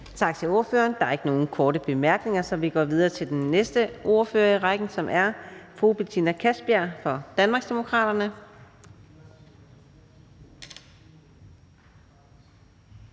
Tak til ordføreren. Der er ikke nogen korte bemærkninger, så vi går videre til den næste ordfører i rækken, som er fru Mai Mercado fra Det